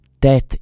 Death